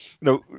no